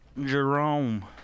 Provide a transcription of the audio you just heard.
Jerome